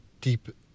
deep